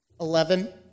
eleven